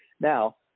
now